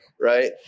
right